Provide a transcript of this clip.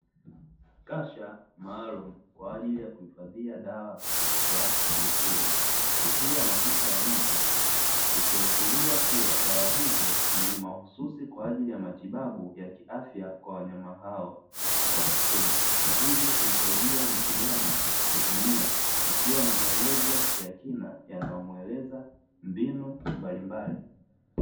Kasha maalumu kwa ajili ya kuhifadhia dawa za mifugo, ikiwa na picha ya mbwa ikiashiria kuwa dawa hizo ni mahususi kwa ajili ya matibabu ya kiafya kwa wanyama hao wa kufugwa na hivyo kumsaidia mfugaji kutumia, ikiwa na maelezo ya kina yanayomueleza mbinu mbalimbali.